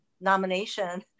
nomination